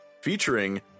featuring